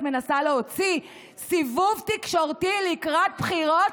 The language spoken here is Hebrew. את מנסה להוציא סיבוב תקשורתי לקראת בחירות,